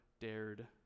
dared